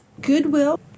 Goodwill